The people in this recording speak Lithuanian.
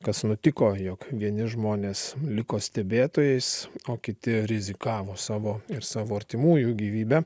kas nutiko jog vieni žmonės liko stebėtojais o kiti rizikavo savo ir savo artimųjų gyvybe